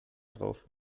drauf